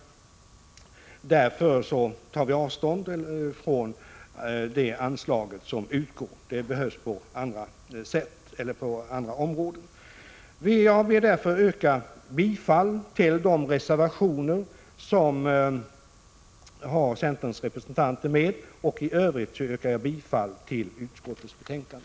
Därför tar vi avstånd från det anslag som utgår till de fackliga organisationerna. Det behövs på andra områden. Jag yrkar bifall till de reservationer där centerns representanter finns med. I övrigt yrkar jag bifall till hemställan i utskottets betänkande.